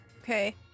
Okay